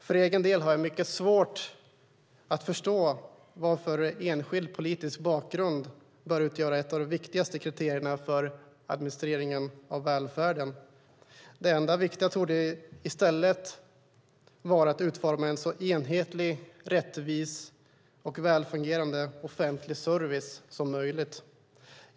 För egen del har jag mycket svårt att förstå varför enskild politisk bakgrund ska utgöra ett av de viktigaste kriterierna för administrationen av välfärden. Det enda viktiga torde i stället vara att utforma en så enhetlig, rättvis och välfungerande offentlig service som möjligt.